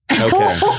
Okay